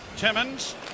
Timmons